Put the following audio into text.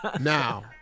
Now